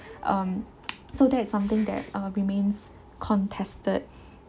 um so that is something that uh remains contested